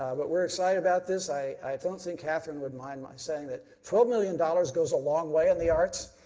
um but we are excited about this. i don't think catherine would mind my saying twelve million dollars goes a long way in the arts.